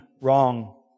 wrong